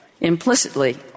Implicitly